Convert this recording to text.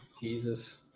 Jesus